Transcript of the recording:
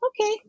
Okay